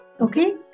Okay